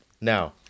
Now